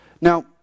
Now